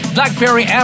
BlackBerry